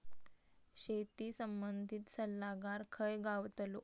शेती संबंधित सल्लागार खय गावतलो?